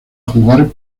jugar